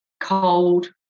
cold